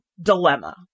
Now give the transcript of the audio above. dilemma